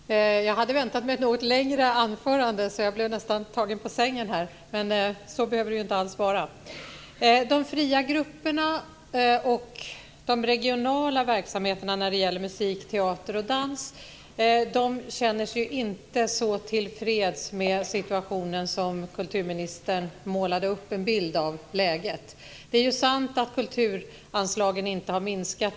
Herr talman! Jag hade väntat mig ett något längre anförande, så jag blev nästan tagen på sängen. Men så behöver det inte alls vara. De fria grupperna och de regionala verksamheterna där man ägnar sig åt musik, teater och dans känner sig inte så till freds med situationen som den bild av läget kulturministern målade upp ger sken av. Det är sant att kulturanslagen inte har minskat.